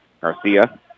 Garcia